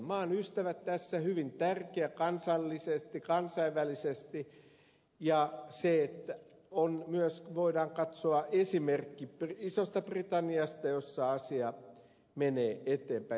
maan ystävät tässä on hyvin tärkeä kansallisesti kansainvälisesti ja myös voidaan katsoa esimerkki isosta britanniasta jossa asia menee eteenpäin